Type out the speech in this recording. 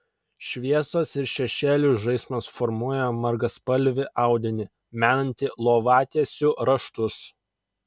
šviesos ir šešėlių žaismas formuoja margaspalvį audinį menantį lovatiesių raštus